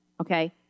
okay